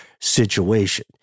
situation